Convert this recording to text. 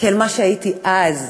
כאל מה שהייתי אז,